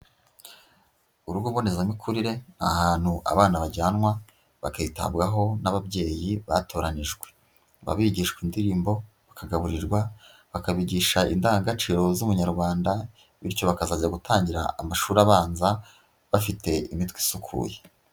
Urugo mbonezamikurire ahantu abana bajyanwa bakitabwaho n'ababyeyi batoranijwe, bigishwa indirimbo, bakagaburirwa, bakabigisha indangagaciro z'umunyarwanda bityo bakazabasha gutangira amashuri abanza bafite imitwe isukuye.